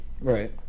Right